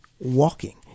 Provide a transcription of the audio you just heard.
walking